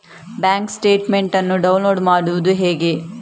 Bank statement ಅನ್ನು download ಮಾಡುವುದು ಹೇಗೆ?